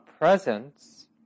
presence